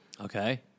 Okay